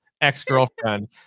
ex-girlfriend